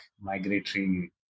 migratory